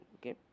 okay